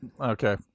Okay